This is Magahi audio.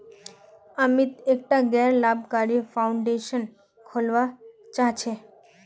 अमित एकटा गैर लाभकारी फाउंडेशन खोलवा चाह छ